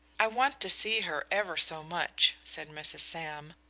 i want to see her ever so much, said mrs. sam.